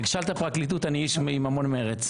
תשאל את הפרקליטות, אני איש עם המון מרץ.